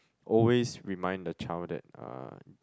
always remind the child that uh